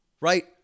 right